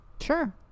Sure